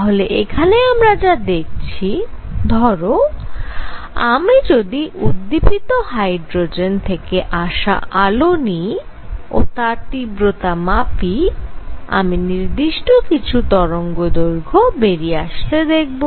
তাহলে এখানে আমরা যা দেখছি ধরো আমি যদি উদ্দিপীত হাইড্রোজেন থেকে আসা আলো নিই ও তার তীব্রতা মাপি আমি নির্দিষ্ট কিছু তরঙ্গদৈর্ঘ্য বেরিয়ে আসতে দেখব